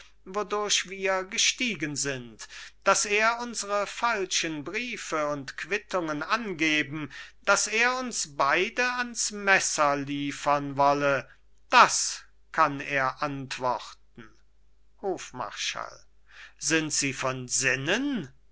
wir gestiegen sind daß er unsere falschen briefe und quittungen angeben daß er uns beide ans messer liefern wolle das kann er antworten hofmarschall sind sie von sinnen